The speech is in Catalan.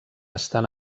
estan